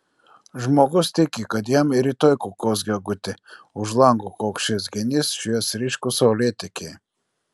žmogus tiki kad jam ir rytoj kukuos gegutė už lango kaukšės genys švies ryškūs saulėtekiai